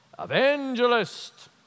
Evangelist